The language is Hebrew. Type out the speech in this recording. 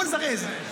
בואו נזרז.